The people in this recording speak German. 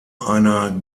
einer